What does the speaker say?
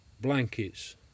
blankets